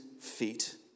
feet